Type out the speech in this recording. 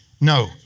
No